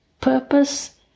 Purpose